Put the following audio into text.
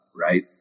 right